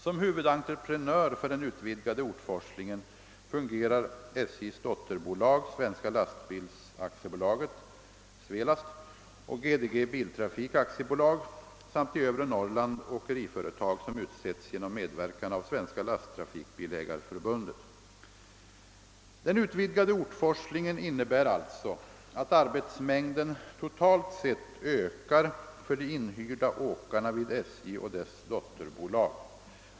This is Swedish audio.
Som huvudentreprenör för den utvidgade ortforslingen fungerar SJ:s dotterbolag Svenska lastbil AB och GDG Biltrafik AB samt i övre Norrland åkeriföretag som utsetts genom medverkan av Svenska lasttrafikbilägareförbundet. Den utvidgade ortforslingen innebär alltså att arbetsmängden totalt sett ökar för de inhyrda åkarna vid SJ och dess dotterbolag.